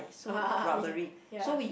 yeah ya